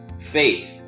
Faith